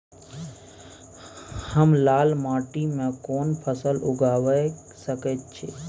हम लाल माटी में कोन फसल लगाबै सकेत छी?